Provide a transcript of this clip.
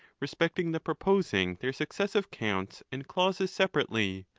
respecting the proposing their successive counts and clauses separately,